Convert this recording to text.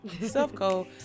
self-co